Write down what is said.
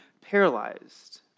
paralyzed